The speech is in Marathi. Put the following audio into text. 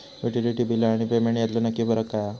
युटिलिटी बिला आणि पेमेंट यातलो नक्की फरक काय हा?